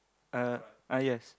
uh ah yes